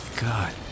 god